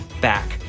back